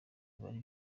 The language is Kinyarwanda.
bari